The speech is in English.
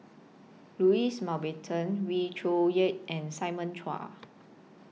Louis Mountbatten Wee Cho Yaw and Simon Chua